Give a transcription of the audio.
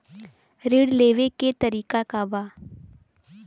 ऋण लेवे के तरीका का बा?